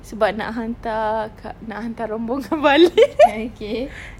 sebab nak hantar kak nak hantar rombongan balik